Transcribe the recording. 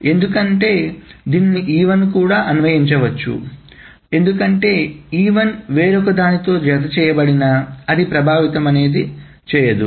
ఎందుకంటే దీనిని E1 కు కూడా అన్వయించవచ్చు ఎందుకంటే E1 వేరొకదానితో జతచేయబడినా అది ప్రభావితం చేయదు